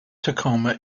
tacoma